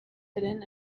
hidden